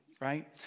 right